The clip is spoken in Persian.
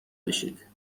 بشید